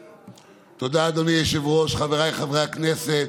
תודה, אדוני היושב-ראש, חבריי חברי הכנסת,